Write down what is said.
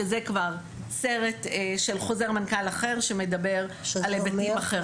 שזה כבר סרט של חוזר מנכ"ל אחר שמדבר על היבטים אחרים.